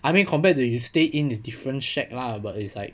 I mean compared to you stay in it's different shag lah but it's like